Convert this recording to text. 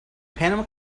panama